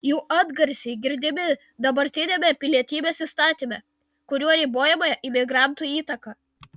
jų atgarsiai girdimi dabartiniame pilietybės įstatyme kuriuo ribojama imigrantų įtaka